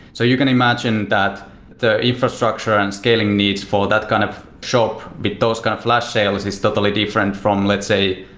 so you can imagine that the infrastructure and scaling needs for that kind of shop with those kind of flash sales is totally different from, let's say,